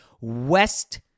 west